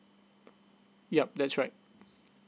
yup that's right